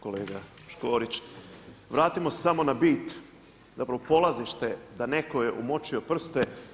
Kolega Škorić, vratimo se samo na bit, zapravo polazište da netko je umočio prste.